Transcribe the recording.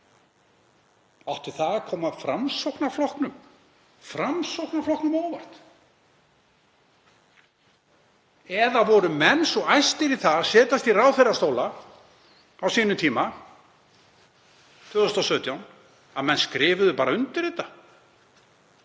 Átti það að koma Framsóknarflokknum á óvart? Eða voru menn svo æstir í að setjast í ráðherrastóla á sínum tíma, 2017, að menn skrifuðu bara undir þetta